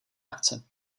akce